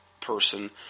person